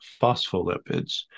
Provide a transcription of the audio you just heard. phospholipids